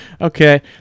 Okay